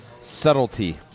subtlety